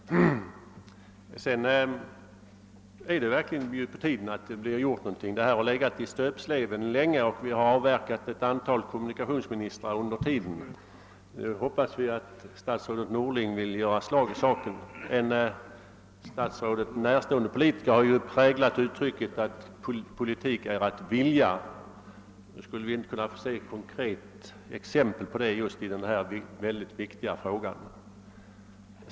Det är verkligen på tiden att någonting blir gjort i denna fråga. Den har legat i stöpsleven länge. Under tiden har vi avverkat ett antal kommunikationsministrar. Vi hoppas att statsrådet Norling nu kommer att göra slag i saken. En statsrådet närstående politiker har präglat uttrycket »Politik är att vilja». Skulle vi inte kunna få se ett konkret exempel på det just i denna så viktiga fråga?